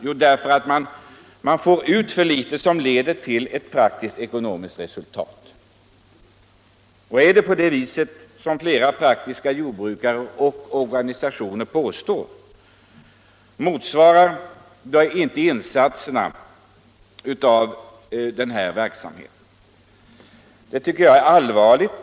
Jo, därför att alltför litet av verksamheten leder till ett praktiskt ekonomiskt resultat. Är det så, som flera jordbrukare och organisationer påstår, att resultaten av denna verksamhet inte svarar mot insatserna, då tycker jag det är allvarligt.